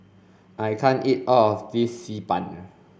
I can't eat all of this Xi Ban